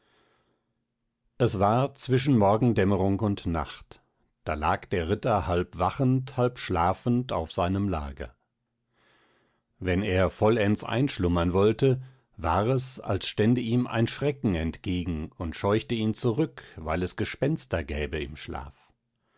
es war zwischen morgendämmrung und nacht da lag der ritter halb wachend halb schlafend auf seinem lager wenn er vollends einschlummern wollte war es als stände ihm ein schrecken entgegen und scheuchte ihn zurück weil es gespenster gäbe im schlaf